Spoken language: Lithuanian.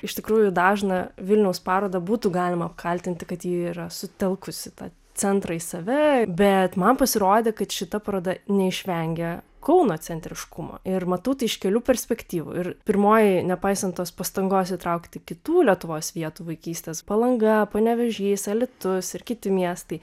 iš tikrųjų dažną vilniaus parodą būtų galima apkaltinti kad ji yra sutelkusi tą centrą į save bet man pasirodė kad šita paroda neišvengia kauno centriškumo ir matau tai iš kelių perspektyvų ir pirmoji nepaisant tos pastangos įtraukti kitų lietuvos vietų vaikystės palanga panevėžys alytus ir kiti miestai